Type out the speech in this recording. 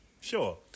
sure